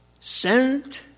sent